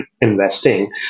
investing